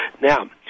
Now